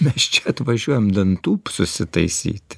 mes čia atvažiuojam dantų susitaisyt